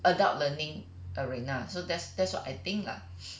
adult learning arena so that's that's what I think lah